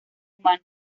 humano